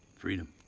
freedom.